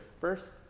first